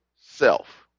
self